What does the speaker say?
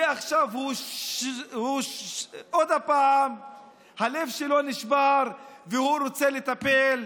ועכשיו עוד הפעם הלב שלו נשבר והוא רוצה לטפל.